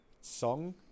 song